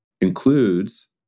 includes